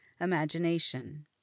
imagination